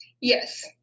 Yes